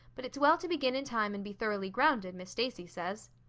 but it's well to begin in time and be thoroughly grounded, miss stacy says.